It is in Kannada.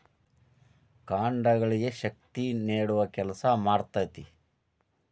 ಕಾಂಡಗಳಿಗೆ ಶಕ್ತಿ ನೇಡುವ ಕೆಲಸಾ ಮಾಡ್ತತಿ